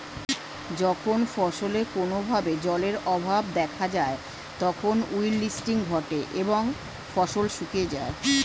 যখন ফসলে কোনো ভাবে জলের অভাব দেখা যায় তখন উইল্টিং ঘটে এবং ফসল শুকিয়ে যায়